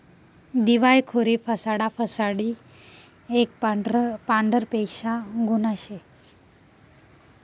दिवायखोरी फसाडा फसाडी एक पांढरपेशा गुन्हा शे